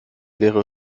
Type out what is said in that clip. leere